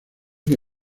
que